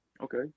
Okay